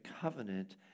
covenant